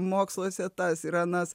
moksluose tas ir anas